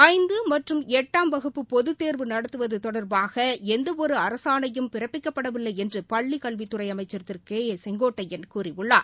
ஐந்து மற்றும் எட்டாம் வகுப்பு பொதுத் தேர்வு நடத்துவது தொடர்பாக எந்தவொரு அரசாணையும் பிறப்பிக்கப்படவில்லை என்று பள்ளிக் கல்வித்துறை அமைச்சர் திரு செங்கோட்டையன் கூறியுள்ளார்